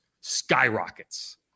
skyrockets